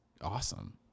awesome